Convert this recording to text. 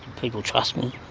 people trust me.